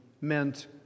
meant